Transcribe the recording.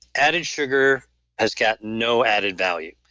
added sugar has got no added value.